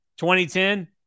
2010